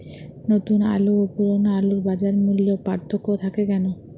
নতুন আলু ও পুরনো আলুর বাজার মূল্যে পার্থক্য থাকে কেন?